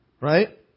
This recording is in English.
Right